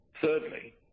Thirdly